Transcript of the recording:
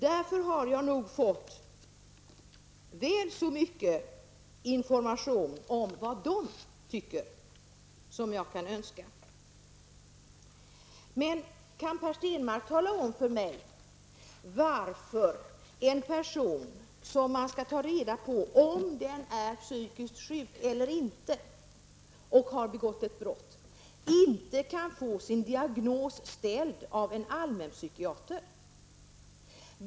Därför har jag nog fått väl så mycket information som jag kan önska om vad de tycker. Men kan Per Stenmarck tala om för mig varför en person om vilken man skall ta reda på om den är psykiskt sjuk eller inte, och som har begått ett brott, inte kan få sin diagnos ställd av en allmänpsykiater?